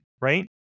right